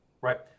right